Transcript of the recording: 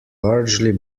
largely